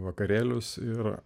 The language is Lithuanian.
vakarėlius ir